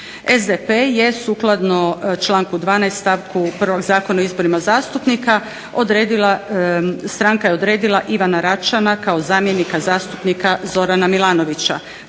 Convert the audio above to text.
SDP je sukladno članku 12 stavku 1. Zakona o izborima zastupnika odredila, stranka je odredila Ivana Račana kao zamjenika zastupnika Zorana Milanovića.